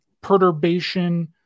perturbation